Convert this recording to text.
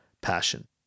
passion